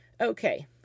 Okay